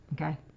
Okay